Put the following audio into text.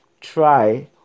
try